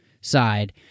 side